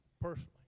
personally